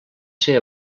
ser